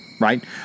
right